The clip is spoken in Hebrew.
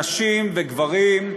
נשים וגברים,